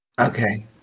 Okay